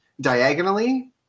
diagonally